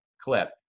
clip